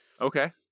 Okay